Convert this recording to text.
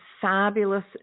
fabulous